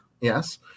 Yes